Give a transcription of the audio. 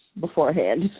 beforehand